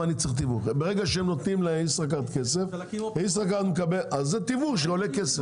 ברגע שהם נותנים לישראכרט כסף זה תיווך שעולה כסף.